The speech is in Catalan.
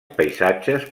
paisatges